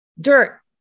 Dirt